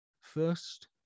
First